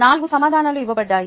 4 సమాధానాలు ఇవ్వబడ్డాయి